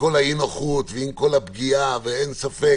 אי-הנוחות והפגיעה אין ספק